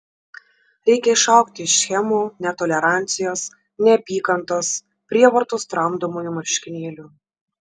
reikia išaugti iš schemų netolerancijos neapykantos prievartos tramdomųjų marškinėlių